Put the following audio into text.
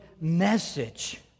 message